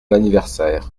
anniversaire